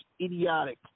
idiotic